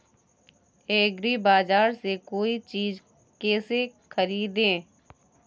एग्रीबाजार से कोई चीज केसे खरीदें?